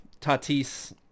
Tatis